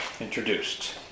introduced